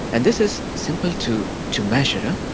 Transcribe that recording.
and this is simple to to measure.